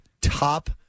top